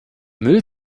müll